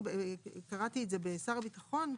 קראתי את זה בשר הביטחון,